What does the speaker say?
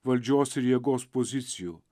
valdžios ir jėgos pozicijų